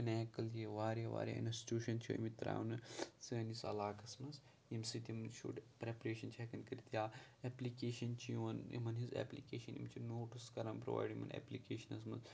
pinnacle یہِ واریاہ واریاہ اِنَسٹیوٗشَن چھِ آمٕتۍ ترٛاونہٕ سٲنِس علاقَس منٛز ییٚمہِ سۭتۍ یِم شُرۍ پرٛٮ۪پرٛیشَن چھِ ہٮ۪کان کٔرِتھ یا اٮ۪پلِکیشَن چھِ یِوان یِمَن ہِنٛز اٮ۪پلِکیشَن یِم چھِ نوٹٕس کَران پرٛووایڈ یِمَن اٮ۪پلِکیشنَس منٛز